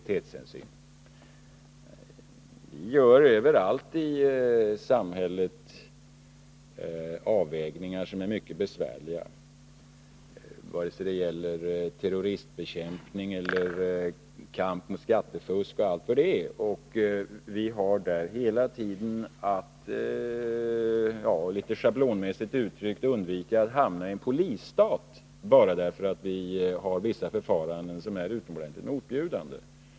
Det görs överallt i samhället avvägningar som är mycket besvärliga, vare sig det gäller terroristbekämpning eller kamp mot skattefusk och allt vad det är. Vi har hela tiden — litet schablonmässigt uttryckt — att undvika att hamna i en polisstat, bara för att vi har vissa förfaranden som är utomordentligt motbjudande.